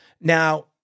Now